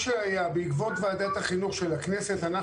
בעקבות ועדת החינוך של הכנסת,